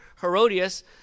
Herodias